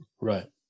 Right